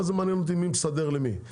אז מה זה משנה לי מי מסדר למי,